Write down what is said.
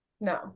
No